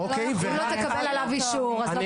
אם לא תקבל עליו אישור, אז לא תוכל להזמין אותו.